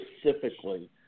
specifically